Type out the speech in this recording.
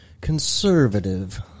Conservative